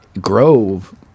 grove